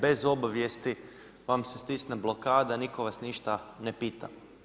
Bez obavijesti vam se stisne blokada, nitko vas ništa ne pita.